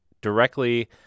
directly